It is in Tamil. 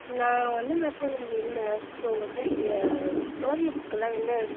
நான் வந்த நேரத்தில் நீங்கள் இல்லை ஸோ வந்து இங்கே ஸ்டோரி புக்கெலாம் எங்கேருக்கு